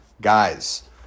Guys